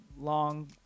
long